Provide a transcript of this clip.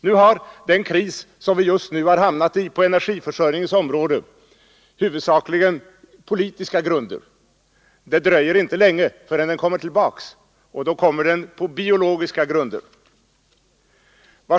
Nu har den kris som vi just har hamnat i på energiförsörjningens område huvudsakligen politiska grunder. Det dröjer inte länge förrän den kommer tillbaka, och då kommer den på biologiska grunder.